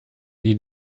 die